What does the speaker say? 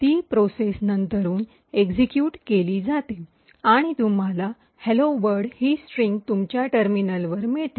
ती प्रोसेस नंतरून एक्सिक्यूट केली जाते आणि तुम्हाला "हॅलो वर्ल्ड" ही स्ट्रिंग तुमच्या टर्मिनलवर मिळते